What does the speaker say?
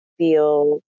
feel